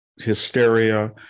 hysteria